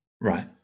Right